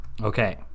Okay